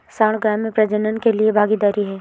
सांड गाय में प्रजनन के लिए भागीदार है